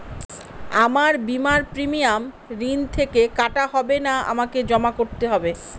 আমার বিমার প্রিমিয়াম ঋণ থেকে কাটা হবে না আমাকে জমা করতে হবে?